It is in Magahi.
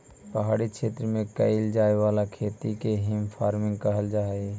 पहाड़ी क्षेत्र में कैइल जाए वाला खेत के हिल फार्मिंग कहल जा हई